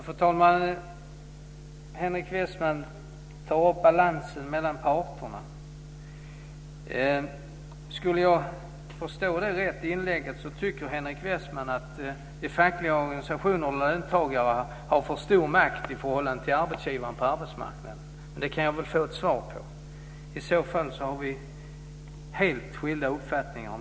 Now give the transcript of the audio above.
Fru talman! Henrik Westman tar upp frågan om balansen mellan parterna. Om jag har förstått det inlägget rätt tycker Henrik Westman att de fackliga organisationerna och löntagarna har för stor makt i förhållande till arbetsgivarna på arbetsmarknaden. Det kan jag kanske få ett svar på. I så fall har vi helt skilda uppfattningar.